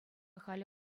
халӗ